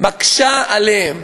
מקשה עליהם.